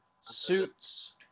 Suits